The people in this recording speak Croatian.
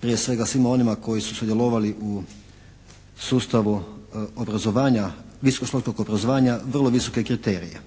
prije svega svima onima koji su sudjelovali u sustavu visoko školskog obrazovanja vrlo visoke kriterije.